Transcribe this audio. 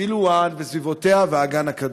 סילואן וסביבותיה והאגן הקדוש?